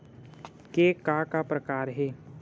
के का का प्रकार हे?